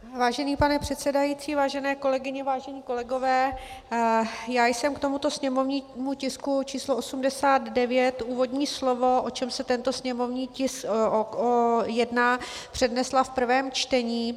Vážený pane předsedající, vážené kolegyně, vážení kolegové, já jsem k tomuto sněmovnímu tisku č. 89 úvodní slovo, o čem se v tomhle sněmovním tisku jedná, přednesla v prvém čtení.